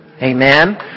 Amen